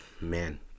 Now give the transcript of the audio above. Man